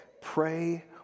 pray